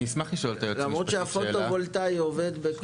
למרות שהפוטו וולטאי עובד בכל מקום.